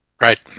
Right